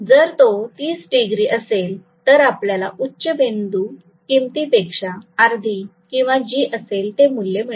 जर तो 30 डिग्री असेल तर आपल्याला उच्च बिंदू किमतीपेक्षा अर्धी किंवा जी असेल ते मूल्य मिळेल